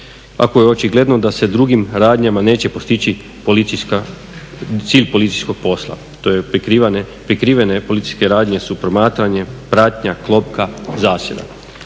ako je očigledno da se drugim radnjama neće postići cilj policijskog posla. Prikrivene policijske radnje su promatranje, pratnja, klopka, zasjeda.